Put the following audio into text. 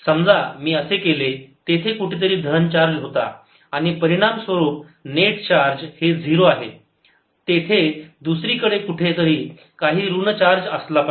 समजा मी असे केले तेथे कुठेतरी धन चार्ज होता आणि परिणाम स्वरूप नेट चार्ज हे 0 आहे तेथे दुसरीकडे कुठे तरी काही ऋण चार्ज असला पाहिजे